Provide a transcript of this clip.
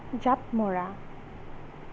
জাঁপ মৰা